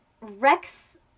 Rex